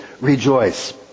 rejoice